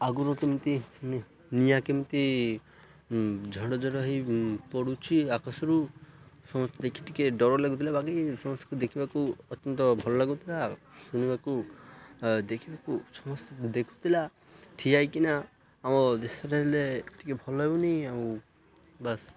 ଆଗରୁ କେମିତି ନିଆଁ କେମିତି ଝଡ଼ଝଡ଼ ହୋଇପଡ଼ୁଛି ଆକଶରୁ ସମସ୍ତେ ଦେଖି ଟିକେ ଡ଼ର ଲାଗୁଥିଲା ବାକି ସମସ୍ତଙ୍କୁ ଦେଖିବାକୁ ଅତ୍ୟନ୍ତ ଭଲ ଲାଗୁଥିଲା ଶୁଣିବାକୁ ଦେଖିବାକୁ ସମସ୍ତେ ଦେଖୁଥିଲା ଠିଆ ହେଇକିନା ଆମ ଦେଶଟା ହେଲେ ଟିକେ ଭଲ ହେଉନି ଆଉ ବାସ୍